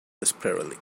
desperately